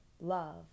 love